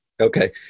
Okay